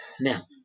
Now